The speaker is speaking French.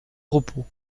repos